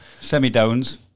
Semi-downs